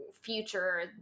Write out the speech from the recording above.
future